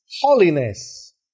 holiness